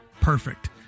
perfect